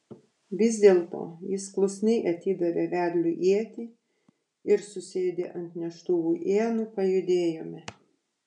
vis dėlto jis klusniai atidavė vedliui ietį ir susėdę ant neštuvų ienų pajudėjome